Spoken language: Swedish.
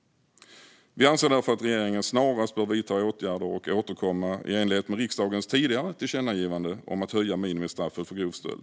Vi anser därför att regeringen snarast bör vidta åtgärder och återkomma i enlighet med riksdagens tidigare tillkännagivande om att höja minimistraffet för grov stöld.